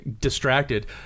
distracted